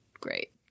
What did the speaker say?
great